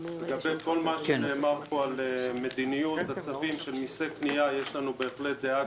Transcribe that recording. לגבי כל מה שנאמר פה על מדיניות הצווים של מסי קנייה יש לנו בהחלט דעה,